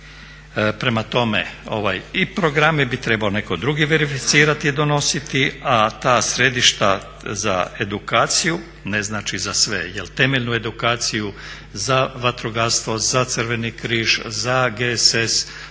Prema tome, i programe bi trebao neko drugi verificirati i donositi, a ta središta za edukaciju, ne znači za sve, jer temeljnu edukaciju za vatrogastvo, za Crveni križ, za GSS